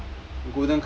ya